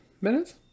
minutes